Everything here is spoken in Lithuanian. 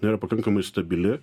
nėra pakankamai stabili